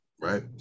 right